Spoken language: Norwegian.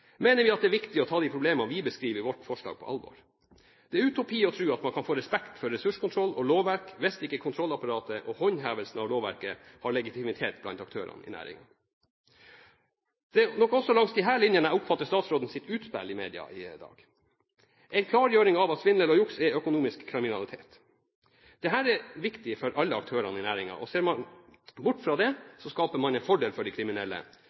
mener vi at det er viktig å ta de problemene vi beskriver i vårt forslag, på alvor. Det er utopi å tro at man kan få respekt for ressurskontroll og lovverk hvis ikke kontrollapparatet og håndhevelsen av lovverket har legitimitet blant aktørene i næringen. Det er nok også langs disse linjene jeg oppfatter statsrådens utspill i media i dag – en klargjøring av at svindel og juks er økonomisk kriminalitet. Dette er viktig for alle aktørene i næringen. Ser man bort fra det, skaper man en fordel for de kriminelle